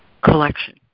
collection